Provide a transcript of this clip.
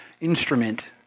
instrument